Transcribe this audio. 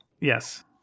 Yes